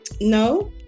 no